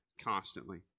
constantly